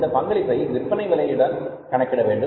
இந்த பங்களிப்பை விற்பனை விலையுடன் கணக்கிட வேண்டும்